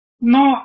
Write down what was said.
No